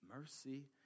mercy